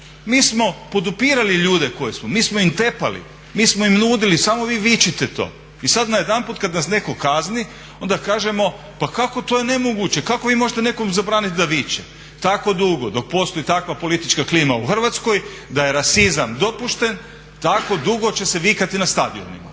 Mi smo podupirali ljude, mi smo im tepali, mi smo im nudili samo vi vičite to i sad najedanput kad nas netko kazni onda kažemo pa kako, to je nemoguće, kako vi možete nekome zabraniti da viče? Tako dugo dok postoji takva politička klima u Hrvatskoj da je rasizam dopušten tako dugo će se vikati na stadionima.